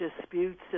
disputes